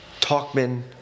Talkman